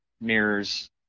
mirrors